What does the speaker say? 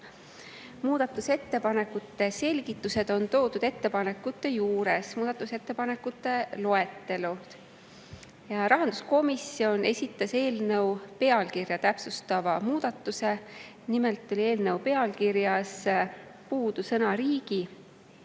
Muudatusettepanekute selgitused on toodud ettepanekute juures muudatusettepanekute loetelus. Rahanduskomisjon esitas eelnõu pealkirja täpsustava muudatus[ettepaneku]. Nimelt oli eelnõu pealkirjast puudu sõna "riigi",